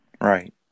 right